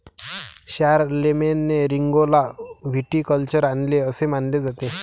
शारलेमेनने रिंगौला व्हिटिकल्चर आणले असे मानले जाते